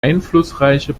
einflussreiche